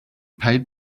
paid